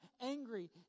angry